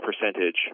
percentage